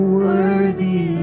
worthy